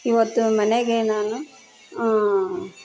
ಇವತ್ತು ಮನೆಗೆ ನಾನು